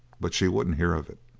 but she wouldn't hear of it.